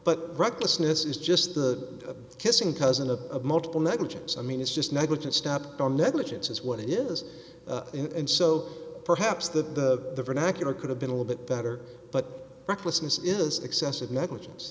but recklessness is just the kissing cousin a multiple negligence i mean it's just negligence stepped on negligence is what it is and so perhaps the an accurate could have been a little bit better but recklessness is excessive negligence